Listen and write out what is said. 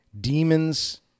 Demons